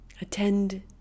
Attend